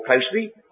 closely